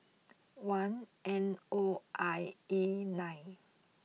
one N O I A nine